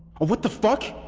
what the fuck!